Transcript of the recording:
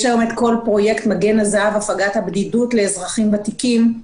יש היום את פרויקט "מגן הזהב" הפגת הבדידות לאזרחים ותיקים.